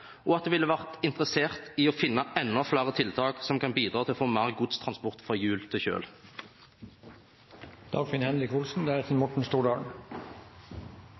og at det ville vært interessert i å finne enda flere tiltak som kan bidra til å få mer godstransport over fra hjul til